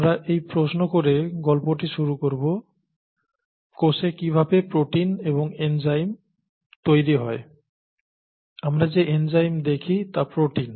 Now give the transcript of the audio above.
আমরা এই প্রশ্ন করে গল্পটি শুরু করব কোষে কিভাবে প্রোটিন এবং এনজাইম তৈরি হয় আমরা যে এনজাইম দেখি তা প্রোটিন